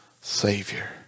savior